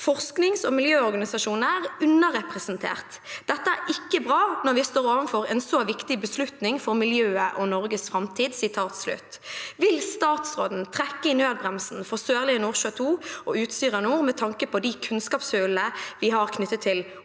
forskning- og miljøorganisasjonene er underrepresentert. Dette er ikke bra når en står overfor en så viktig beslutning for miljøet og Norges fremtid.» Vil statsråden trekke i nødbremsen for Sørlige Nordsjø II og Utsira Nord med tanke på de kunnskapshullene vi har knyttet til